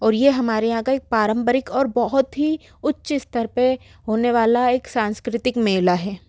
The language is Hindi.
और ये हमारे यहाँ का एक पारम्परिक और बहुत ही उच्च स्तर पे होने वाला एक सांस्कृतिक मेला है